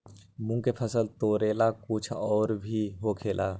मूंग के फसल तोरेला कुछ और भी होखेला?